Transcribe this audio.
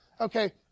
Okay